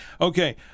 Okay